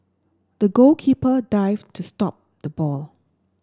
the goalkeeper dived to stop the ball